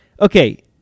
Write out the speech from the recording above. okay